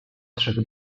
trzech